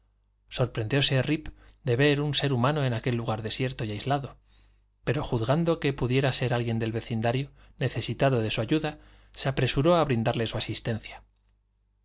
rip de ver un ser humano en aquel lugar desierto y aislado pero juzgando que pudiera ser alguien del vecindario necesitado de su ayuda se apresuró a brindarle su asistencia